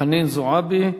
חנין זועבי,